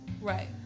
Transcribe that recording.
Right